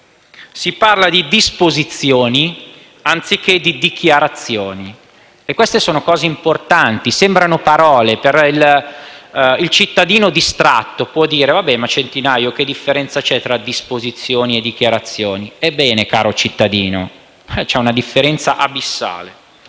Si parla di «disposizioni» anziché di «dichiarazioni». Si tratta di cose importanti. Sembrano parole e il cittadino distratto può dire: Centinaio, che differenza c'è tra disposizioni e dichiarazioni! Ebbene, caro cittadino, c'è una differenza abissale.